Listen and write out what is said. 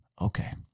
Okay